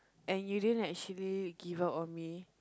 and you didn't actually give up on me